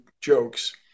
jokes